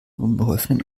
unbeholfenen